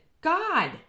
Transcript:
God